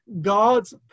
God's